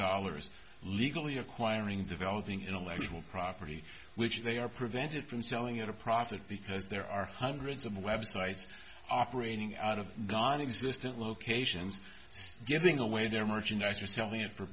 dollars legally acquiring developing intellectual property which they are prevented from selling at a profit because there are hundreds of websites operating out of nonexistent locations giving away their merchandise or selling it for